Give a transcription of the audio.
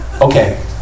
Okay